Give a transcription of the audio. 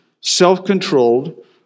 self-controlled